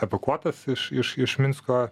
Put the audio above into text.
evakuotas iš iš iš minsko